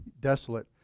desolate